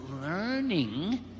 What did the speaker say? learning